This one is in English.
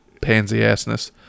pansy-assness